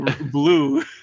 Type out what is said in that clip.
Blue